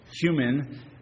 human